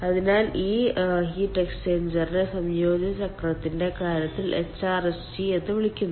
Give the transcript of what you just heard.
അതിനാൽ ഈ ഹീറ്റ് എക്സ്ചേഞ്ചറിനെ സംയോജിത ചക്രത്തിന്റെ കാര്യത്തിൽ HRSG എന്ന് വിളിക്കുന്നു